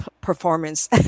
performance